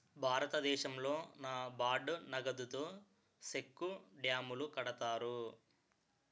భారతదేశంలో నాబార్డు నగదుతో సెక్కు డ్యాములు కడతారు